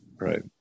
Right